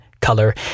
color